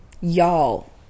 Y'all